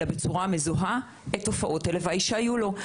בצורה מזוהה על תופעות הלוואי שהיו לו.